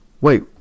Wait